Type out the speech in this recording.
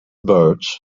birds